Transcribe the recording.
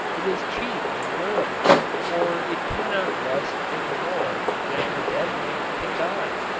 it is cheap and durable, for it cannot rust any more than a dead man can die.